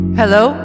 hello